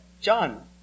John